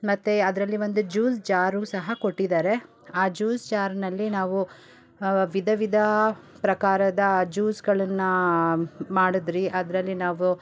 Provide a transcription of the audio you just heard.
ಮತ್ತು ಅದರಲ್ಲಿ ಒಂದು ಜ್ಯೂಸ್ ಜಾರೂ ಸಹ ಕೊಟ್ಟಿದಾರೆ ಆ ಜ್ಯೂಸ್ ಜಾರ್ನಲ್ಲಿ ನಾವು ವಿಧ ವಿಧ ಪ್ರಕಾರದ ಜ್ಯೂಸ್ಗಳನ್ನು ಮಾಡಿದ್ರಿ ಅದರಲ್ಲಿ ನಾವು